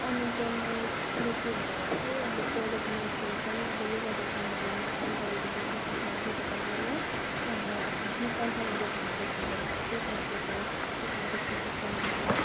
unemployment बेसी भएर चाहिँ अब पढेको मान्छेहरू पनि अब लुगा दोकानहरूमा काम गरेको भेट्न सक्नुहुन्छ तपाईँले हो अनि आफ्नो आफ्नो सान सानो दोकानहरू खोलेर आफै बसेको तपाईँले देख्नुसक्नुहुन्छ